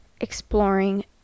exploring